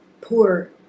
poor